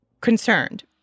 concerned